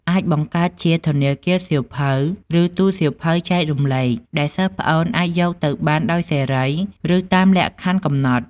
អាចបង្កើតជា ធនាគារសៀវភៅ ឬ ទូរសៀវភៅចែករំលែក ដែលសិស្សប្អូនអាចទៅយកបានដោយសេរី ឬតាមលក្ខខណ្ឌកំណត់។